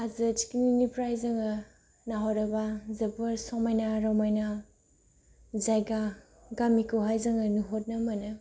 हाजो थिखिनिनिफ्राय जोङो नाहरोब्ला जोबोर समायना रमायना जायगा गामिखौहाय जोङो नुहरनो मोनो